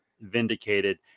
vindicated